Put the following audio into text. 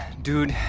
dude,